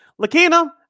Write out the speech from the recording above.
Lakina